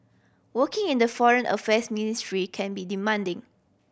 working in the Foreign Affairs Ministry can be demanding